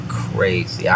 crazy